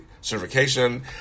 certification